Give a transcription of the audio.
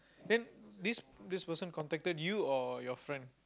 then this this person contacted you or your friend